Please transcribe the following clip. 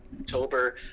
october